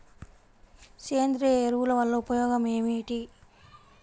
సేంద్రీయ ఎరువుల వల్ల ఉపయోగమేమిటీ?